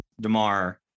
DeMar